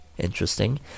interesting